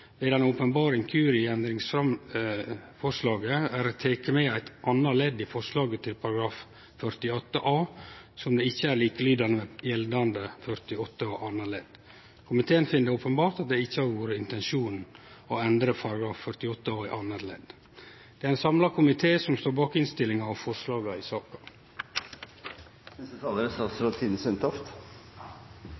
teke med eit anna ledd i forslaget til § 48 a og som ikkje er likelydande med gjeldande § 48 andre ledd. Komiteen finn at det sjølvsagt ikkje har vore intensjonen å endre § 48 a andre ledd. Det er ein samla komité som står bak innstillinga og forslaga i saka. Stortinget er